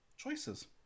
Choices